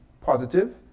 positive